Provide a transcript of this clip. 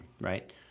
right